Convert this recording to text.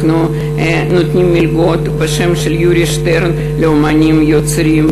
אנחנו נותנים מלגות על שם יורי שטרן לאמנים יוצרים,